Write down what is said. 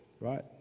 right